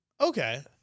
Okay